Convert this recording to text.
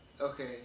okay